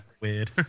weird